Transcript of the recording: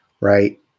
right